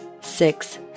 Six